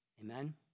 Amen